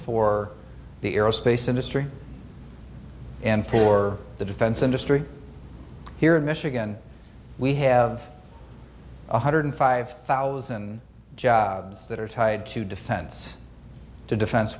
for the aerospace industry and for the defense industry here in michigan we have one hundred five thousand jobs that are tied to defense to defen